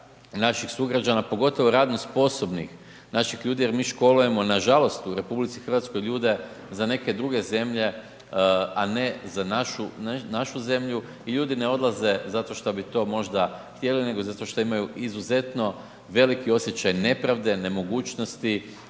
naših sugrađana, pogotovo radno sposobnih naših ljudi jer mi školujemo nažalost u RH ljude za neke druge zemlje, a ne za našu zemlju i ljudi ne odlaze zato što bi to možda htjeli nego zato što imaju izuzetno veliki osjećaj nepravde, nemogućnosti